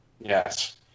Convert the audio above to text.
Yes